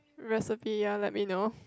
recipe ya let me know